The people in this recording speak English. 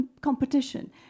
competition